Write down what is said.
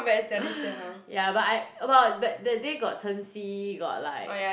ya but I about but that day got Chen-Xi got like